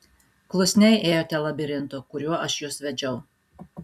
klusniai ėjote labirintu kuriuo aš jus vedžiau